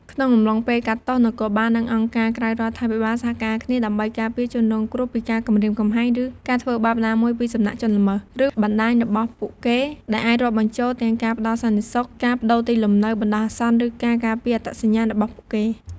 ក្នុងអំឡុងពេលកាត់ទោស នគរបាល និងអង្គការក្រៅរដ្ឋាភិបាលសហការគ្នាដើម្បីការពារជនរងគ្រោះពីការគំរាមកំហែង ឬការធ្វើបាបណាមួយពីសំណាក់ជនល្មើស ឬបណ្ដាញរបស់ពួកគេ ដែលអាចរាប់បញ្ចូលទាំងការផ្ដល់សន្តិសុខ ការប្ដូរទីលំនៅបណ្ដោះអាសន្ន ឬការការពារអត្តសញ្ញាណរបស់ពួកគេ។